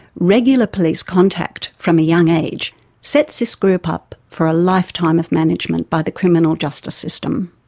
regular police contact from a young age sets this group up for a lifetime of management by the criminal justice system.